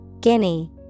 Guinea